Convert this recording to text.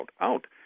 out